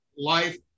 life